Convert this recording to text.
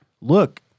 look